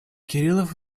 кириллов